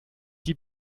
die